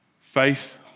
faith